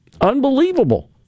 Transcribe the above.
Unbelievable